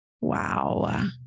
Wow